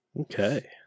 Okay